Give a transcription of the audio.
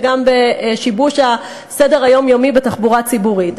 וגם בשיבוש הסדר היומיומי בתחבורה הציבורית,